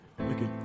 Okay